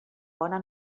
bona